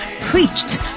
preached